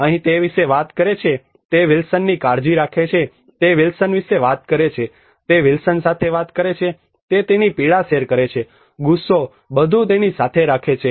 અહીં તે વિશે વાત કરે છે તે વિલ્સનની કાળજી રાખે છે તે વિલ્સન વિશે વાત કરે છે તે વિલ્સન સાથે વાત કરે છે તે તેની પીડા શેર કરે છે ગુસ્સો બધું તેની સાથે રાખે છે